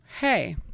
hey